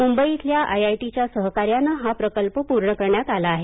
मुंबई इथल्या आयआयटीच्या सहकार्यानं हा प्रकल्प पूर्ण करण्यात आला आहे